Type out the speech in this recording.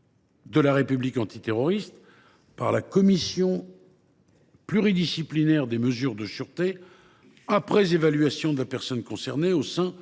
du procureur du Pnat, par la commission pluridisciplinaire des mesures de sûreté, après évaluation de la personne concernée au sein